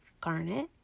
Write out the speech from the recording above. garnet